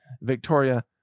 Victoria